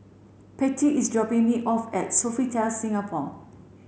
Pattie is dropping me off at Sofitel Singapore